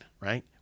right